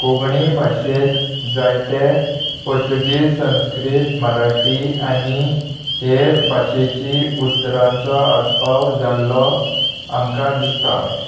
कोंकणी भाशेंत जायते पोर्चुगीज संस्कृत मराठी आनी हेर भाशेची उत्तरांचो आसपाव जाल्लो आमकां दिसता